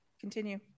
Continue